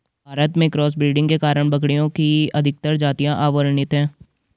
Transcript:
भारत में cross breeding के कारण बकरियों की अधिकतर जातियां अवर्णित है